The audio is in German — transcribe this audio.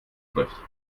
trifft